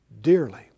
dearly